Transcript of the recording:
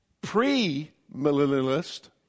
pre-millennialist